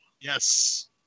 Yes